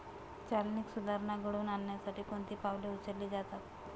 चालनीक सुधारणा घडवून आणण्यासाठी कोणती पावले उचलली जातात?